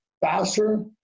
faster